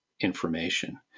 information